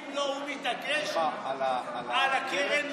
אם לא, הוא מתעקש, על מה, על הקרן?